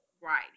Right